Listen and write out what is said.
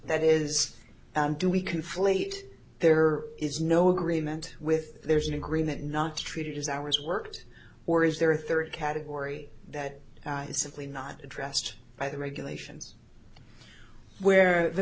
that is do we conflate there is no agreement with there's an agreement not treated as hours worked or is there a third category that is simply not addressed by the regulations where the